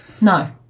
No